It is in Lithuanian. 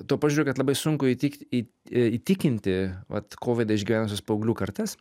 tuo požiūriu kad labai sunku įtikt į įtikinti vat kovidą išgyvenusias paauglių kartas